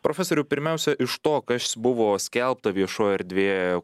profesoriau pirmiausia iš to kas buvo skelbta viešo erdvėje